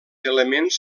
elements